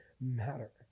matter